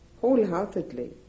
wholeheartedly